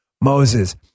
Moses